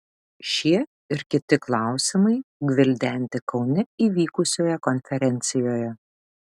šie ir kiti klausimai gvildenti kaune įvykusioje konferencijoje